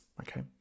Okay